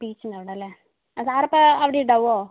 ബീച്ചിൻ്റെ അവിടെയല്ലേ അ സാർ അപ്പം അവിടെ ഉണ്ടാവുമോ